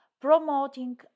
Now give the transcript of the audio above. promoting